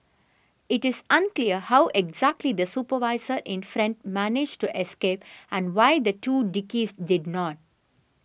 it is unclear how exactly the supervisor in front managed to escape and why the two did not